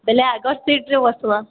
ହେଲେ ଆଗ ସିଟ୍ରେ ବସିବା